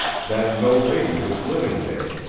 that no lady was living there,